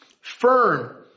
firm